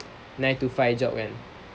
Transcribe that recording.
nine to five job kan